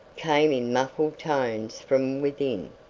came in muffled tones from within,